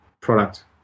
product